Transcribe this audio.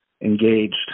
engaged